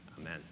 Amen